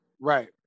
Right